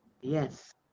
Yes